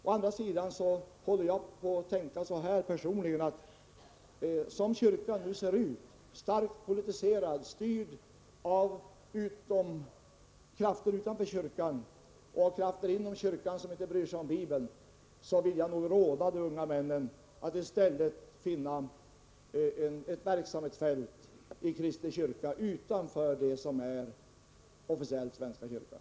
Å andra sidan vill jag personligen, som kyrkan nu ser ut — starkt politiserad och styrd av krafter utanför kyrkan och av krafter inom kyrkan som inte bryr sig om Bibeln — råda de unga männen att i stället finna ett verksamhetsfält i Kristi kyrka utanför det som officiellt är svenska kyrkan.